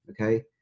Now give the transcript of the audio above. Okay